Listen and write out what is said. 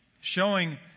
Showing